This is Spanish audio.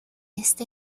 este